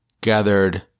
gathered